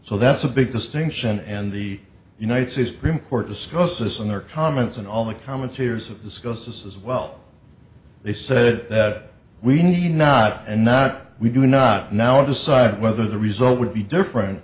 so that's a big distinction and the united states supreme court discuss this in their comments and all the commentators discuss this as well they said that we need not and not we do not now decide whether the result would be different